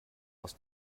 aus